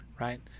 right